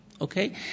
okay